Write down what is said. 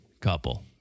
couple